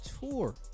tour